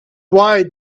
why